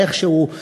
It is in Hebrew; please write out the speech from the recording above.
איכשהו,